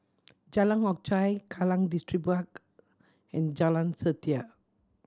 Jalan Hock Chye Kallang Distripark and Jalan Setia